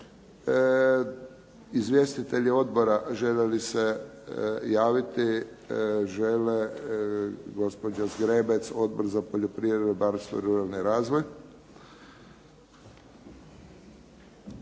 Izvjestitelji odbora žele li se javiti? Žele. Gospođa Zgrebec, Odbor za poljoprivredu, ribarstvo i ruralni razvoj.